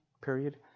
period